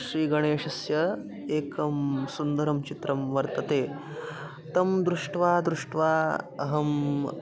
श्रीगणेशस्य एकं सुन्दरं चित्रं वर्तते तं दृष्ट्वा दृष्ट्वा अहम्